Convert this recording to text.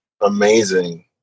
amazing